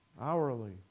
hourly